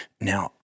Now